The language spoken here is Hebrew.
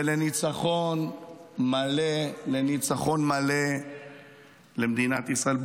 ולניצחון מלא, לניצחון מלא למדינת ישראל.